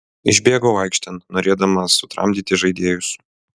išbėgau aikštėn norėdamas sutramdyti žaidėjus